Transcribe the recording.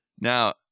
Now